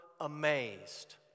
amazed